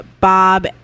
Bob